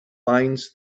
binds